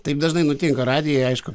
taip dažnai nutinka radijuj aišku